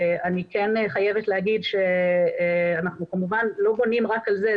אני כן חייבת להגיד שאנחנו כמובן לא בונים רק על זה.